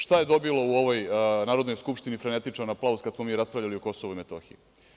Šta je dobilo u ovoj Narodnoj skupštini frenetičan aplauz kad smo mi raspravljali o Kosovu i Metohiji?